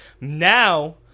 Now